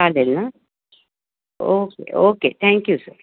चालेल ना okay okay thank you sir